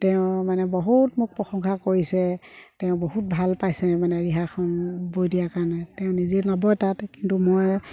তেওঁ মানে বহুত মোক প্ৰশংসা কৰিছে তেওঁ বহুত ভাল পাইছে মানে ৰিহাখন বৈ দিয়াৰ কাৰণে তেওঁ নিজে নবয় তাত কিন্তু মই